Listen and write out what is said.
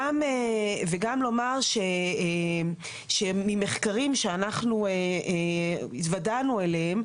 וגם לומר שממחקרים שאנחנו התוודענו אליהם,